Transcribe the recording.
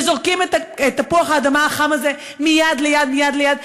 וזורקים את תפוח האדמה החם הזה מיד ליד, מיד ליד,